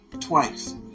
Twice